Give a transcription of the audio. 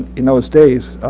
in those days.